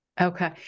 Okay